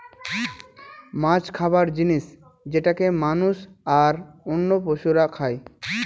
মাছ খাবার জিনিস যেটাকে মানুষ, আর অন্য পশুরা খাই